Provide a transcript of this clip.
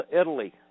Italy